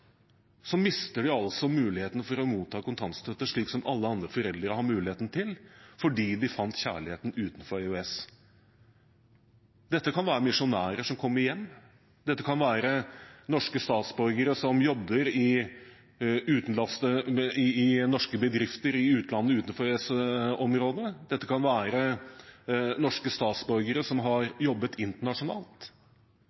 mister man altså muligheten til å motta kontantstøtte – som alle andre foreldre har muligheten til – fordi de fant kjærligheten utenfor EØS. Dette kan være misjonærer som kommer hjem. Dette kan være norske statsborgere som jobber i norske bedrifter i utlandet, utenfor EØS-området. Dette kan være norske statsborgere som har